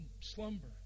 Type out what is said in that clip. slumber